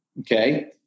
Okay